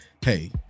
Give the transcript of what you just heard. Hey